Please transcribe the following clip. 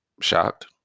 shocked